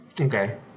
okay